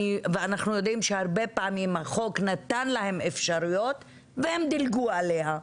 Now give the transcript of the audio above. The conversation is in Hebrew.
ואנחנו יודעים שהרבה פעמים החוק נתן להם אפשרויות והם דילגו עליה.